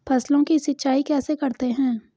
फसलों की सिंचाई कैसे करते हैं?